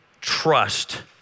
trust